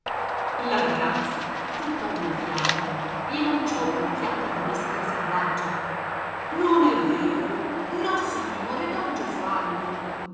la ragazza tutta una fiamma gli lanciò un'occhiata di bestia selvaggia non è vero nossignore don gesualdo